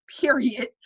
period